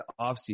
offseason